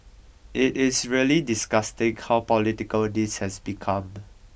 it is really disgusting how political this has become